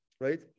right